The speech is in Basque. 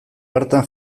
hartan